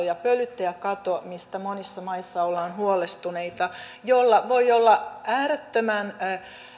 ja pölyttäjäkato mistä monissa maissa ollaan huolestuneita jolla voi olla äärettömän